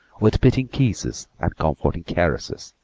with pitying kisses and comforting caresses,